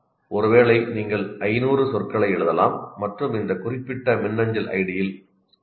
ஒருவேளை நீங்கள் 500 சொற்களை எழுதலாம் மற்றும் இந்த குறிப்பிட்ட மின்னஞ்சல் ஐடியில் story